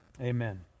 Amen